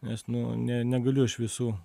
nes nu ne negaliu aš visų